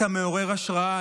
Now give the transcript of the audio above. אתה מעורר השראה.